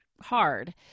hard